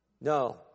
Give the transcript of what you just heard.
No